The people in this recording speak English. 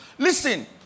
Listen